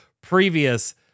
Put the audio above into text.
previous